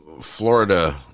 Florida